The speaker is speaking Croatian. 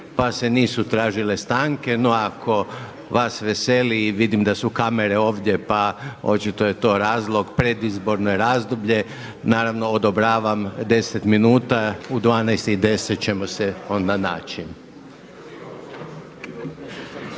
pa se nisu tražile stanke. No ako vas veseli i vidim da su kamere ovdje pa očito je to razlog predizborno razdoblje. Naravno odobravam deset minuta u 12,10 ćemo se onda naći.